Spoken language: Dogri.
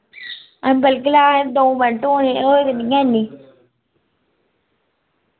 अजें बल्गी लै अजें द'ऊं मैंट होए होए दे नी हैन